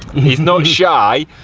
he's not shy,